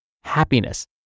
happiness